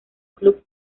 club